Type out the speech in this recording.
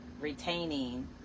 retaining